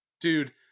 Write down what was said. Dude